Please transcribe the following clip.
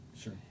Sure